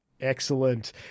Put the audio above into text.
Excellent